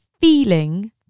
feeling